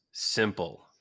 Simple